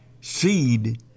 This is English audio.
seed